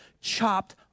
chopped